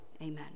Amen